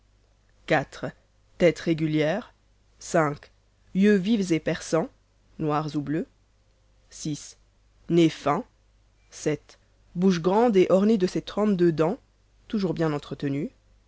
quatre têtes régulières cinq yeux vifs et perçans noirs ou bleus nez fins sept bouche grande et ornée de ses trente-deux dents toujours bien entretenues